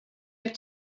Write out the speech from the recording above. able